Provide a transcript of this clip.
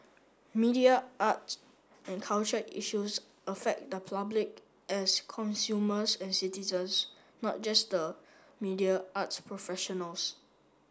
media arts and culture issues affect the public as consumers and citizens not just the media arts professionals